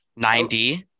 90